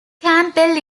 campbell